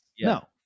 No